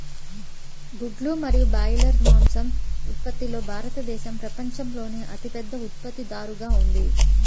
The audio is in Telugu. గుడ్లు మరియు బ్రాయిలర్ మాంసం ఉత్పత్తిలో భారతదేశం ప్రపంచంలోనే అతిపెద్ద ఉత్పత్తిదారుగా ఉంది